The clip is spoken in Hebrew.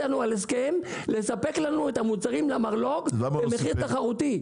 לספק לנו את המוצר למרלו"ג במחיר תחרותי.